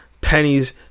pennies